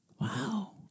Wow